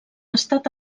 estat